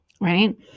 right